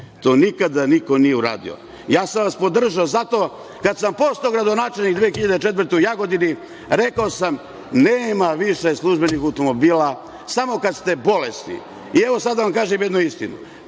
To nikada niko nije uradio. Ja sam vas podržao zato što kada sam postao gradonačelnik 2004. godine u Jagodini rekao sam – nema više službenih automobila, samo kada ste bolesni. Evo, sada da vam kažem jednu istinu.